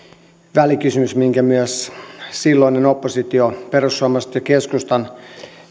välikysymys minkä silloinen oppositio perussuomalaisten ja keskustan